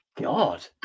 god